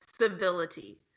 civility